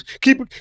keep